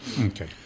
Okay